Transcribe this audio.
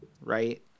Right